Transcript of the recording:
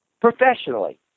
professionally